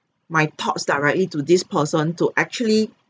my thoughts directly to this person to actually